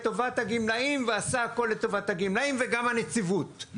לטובת הגמלאים ועשה הכל לטובת הגמלאים וגם הנציבות,